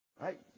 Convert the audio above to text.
Right